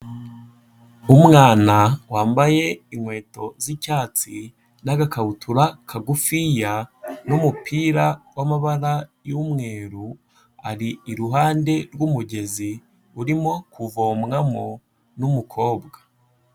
Umwana wambaye inkweto z'icyatsi n'agakabutura kagufiya n'umupira w'amabara y'umweru, ari iruhande rw'umugezi urimo kuvomwamo n'umukobwa.